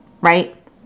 right